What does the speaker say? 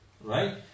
Right